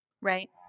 right